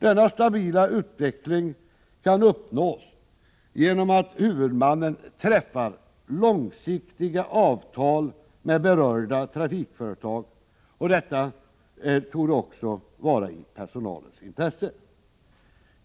Denna stabila utveckling kan uppnås genom att huvudmannen träffar långsiktiga avtal med berörda trafikföretag. Detta torde också vara i personalens intresse.